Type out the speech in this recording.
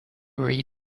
read